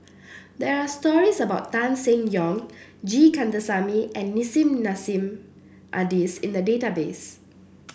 there are stories about Tan Seng Yong G Kandasamy and Nissim Nassim Adis in the database